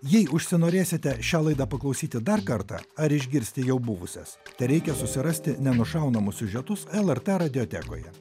jei užsinorėsite šią laidą paklausyti dar kartą ar išgirsti jau buvusias tereikia susirasti nenušaunamus siužetus lrt radiotekoje